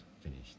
finished